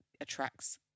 attracts